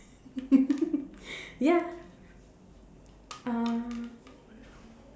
ya um